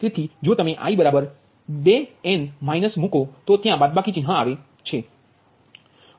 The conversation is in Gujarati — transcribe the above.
તેથી જો તમે i 2 n માઈનસ મૂકો તો ત્યા બાદબાકી ચિહ્ન આવે છે